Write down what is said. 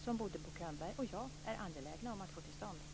som både Bo Könberg och jag är angelägna om att få till stånd.